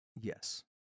Yes